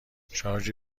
شارژ